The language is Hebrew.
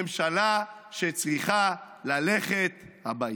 ממשלה שצריכה ללכת הביתה.